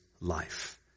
life